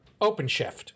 OpenShift